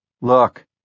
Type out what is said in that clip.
Look